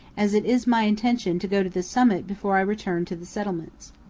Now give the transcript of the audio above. as it is my intention to go to the summit before i return to the settlements.